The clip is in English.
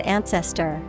Ancestor